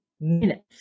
minutes